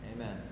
Amen